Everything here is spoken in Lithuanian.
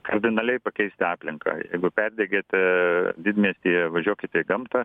kardinaliai pakeisti aplinką jeigu perdegėte didmiestyje važiuokite į gamtą